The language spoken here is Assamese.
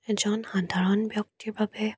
এজন সাধাৰণ ব্যক্তিৰ বাবে